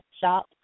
shop